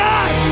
God